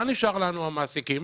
ומה נשאר לנו, המעסיקים?